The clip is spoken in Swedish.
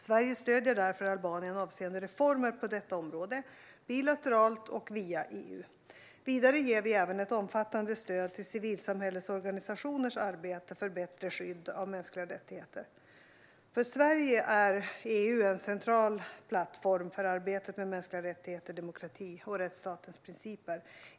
Sverige stöder därför Albanien avseende reformer på detta område bilateralt och via EU. Vidare ger vi även ett omfattande stöd till civilsamhällesorganisationers arbete för bättre skydd av mänskliga rättigheter. För Sverige är EU en central plattform för arbetet med mänskliga rättigheter, demokrati och rättsstatens principer.